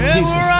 Jesus